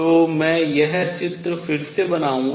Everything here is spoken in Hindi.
तो मैं यह चित्र फिर से बनाऊंगा